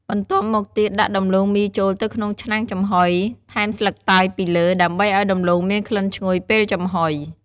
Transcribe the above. បន្ទាប់មកទៀត ដាក់ដំឡូងមីចូលទៅក្នុងឆ្នាំងចំហុយ ថែមស្លឹកតើយពីលើ ដើម្បីឲ្យដំឡូងមានក្លិនឈ្ងុយ ពេលចំហុយ។